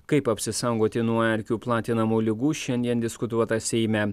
kaip apsisaugoti nuo erkių platinamų ligų šiandien diskutuota seime